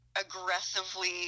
aggressively